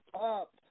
up